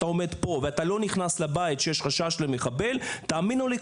אתה עומד פה ואתה לא נכנס לבית כי יש חשש למחבל תאמינו לי,